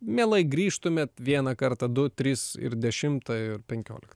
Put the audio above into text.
mielai grįžtumėt vieną kartą du tris ir dešimtą ir penkioliktą